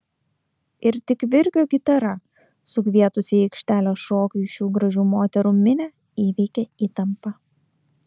ir tik virgio gitara sukvietusi į aikštelę šokiui šių gražių moterų minią įveikė įtampą